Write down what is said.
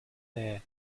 there